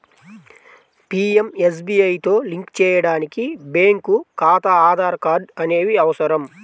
పీయంఎస్బీఐతో లింక్ చేయడానికి బ్యేంకు ఖాతా, ఆధార్ కార్డ్ అనేవి అవసరం